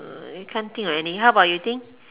uh can't think of any how about you think